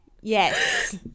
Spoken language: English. yes